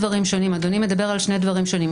אדוני מדבר על שני דברים שונים.